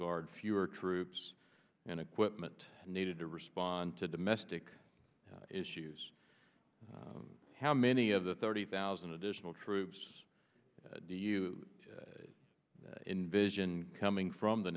guard fewer troops and equipment needed to respond to domestic issues how many of the thirty thousand additional troops do you envision coming from the